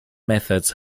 methods